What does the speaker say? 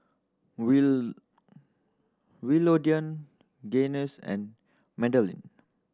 will Willodean Gaines and Madalynn